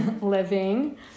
living